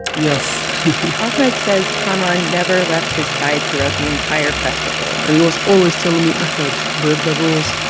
yes ahmed says kamaran never left his side throughout the entire festival and he was always telling me, ahmed, break the rules.